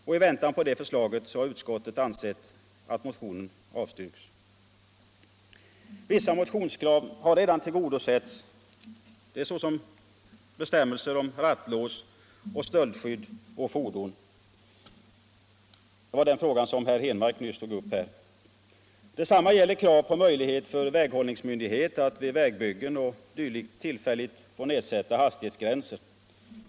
Och i väntan på det förslaget har utskottet avstyrkt motionen. Vissa motionskrav har redan tillgodosetts såsom bestämmelser om rattlås och stöldskydd å fordon — det var den frågan som herr Henmark nyss tog upp. Detsamma gäller krav på möjlighet för väghållningsmyndighet att vid vägbyggen o.d. tillfälligt få nedsätta hastighetsgränser.